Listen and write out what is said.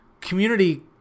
community